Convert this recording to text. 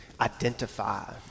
identify